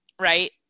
right